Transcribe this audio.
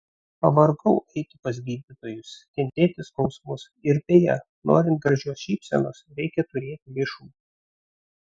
pavargau eiti pas gydytojus kentėti skausmus ir beje norint gražios šypsenos reikia turėti lėšų